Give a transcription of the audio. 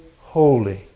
holy